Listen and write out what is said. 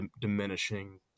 diminishing